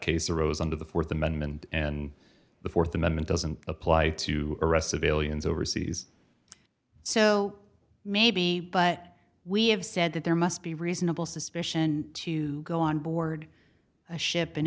case arose under the th amendment and the th amendment doesn't apply to arrest civilians overseas so maybe but we have said that there must be reasonable suspicion to go onboard a ship